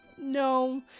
no